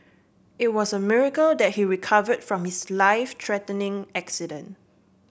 it was a miracle that he recovered from his life threatening accident